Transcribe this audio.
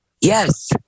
Yes